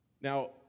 Now